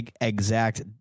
exact